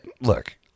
Look